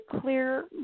clear